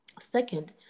Second